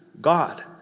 God